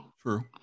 true